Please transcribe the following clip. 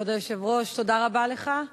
כבוד היושב-ראש, תודה רבה לך.